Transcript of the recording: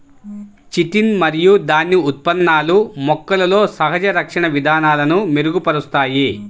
chitin మరియు దాని ఉత్పన్నాలు మొక్కలలో సహజ రక్షణ విధానాలను మెరుగుపరుస్తాయి